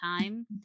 time